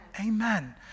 Amen